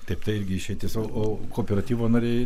taip tai irgi čia tiesa o kooperatyvo nariai